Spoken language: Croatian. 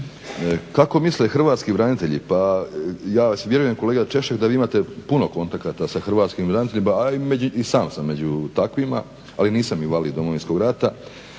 Kako misle hrvatski branitelji? Pa ja vjerujem kolega Češek da vi imate puno kontakata sa hrvatskim braniteljima, a i sam sam među takvima, ali nisam invalid Domovinskog rata,